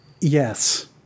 Yes